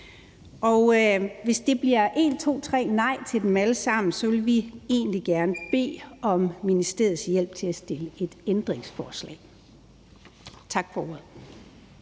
Hvis det bliver en, to, tre nej til dem alle samme, vil vi egentlig gerne bede om ministeriets hjælp til at stille et ændringsforslag. Tak for ordet.